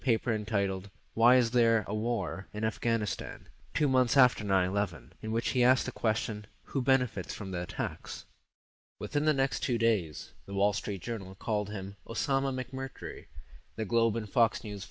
paper entitled why is there a war in afghanistan two months after nine eleven in which he asked the question who benefits from the tax within the next two days the wall street journal called him osama mcmurtry the globe and fox news